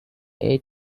aid